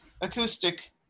acoustic